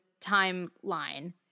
timeline